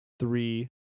Three